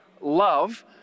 love